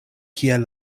kiel